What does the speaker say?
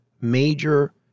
major